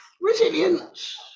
resilience